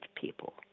people